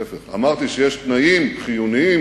להיפך, אמרתי שיש תנאים חיוניים,